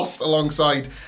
alongside